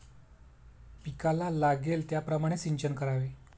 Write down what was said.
पिकाला लागेल त्याप्रमाणे सिंचन करावे